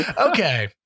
Okay